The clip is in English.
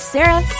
Sarah